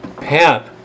Pat